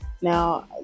Now